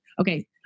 Okay